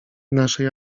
naszej